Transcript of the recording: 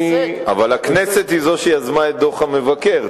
אבל הכנסת היא שיזמה את דוח המבקר,